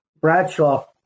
Bradshaw